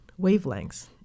wavelengths